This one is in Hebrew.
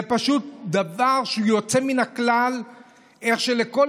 זה פשוט דבר שהוא יוצא מן הכלל איך שבכל